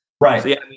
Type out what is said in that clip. Right